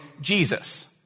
Jesus